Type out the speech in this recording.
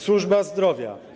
Służba zdrowia.